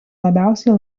labiausiai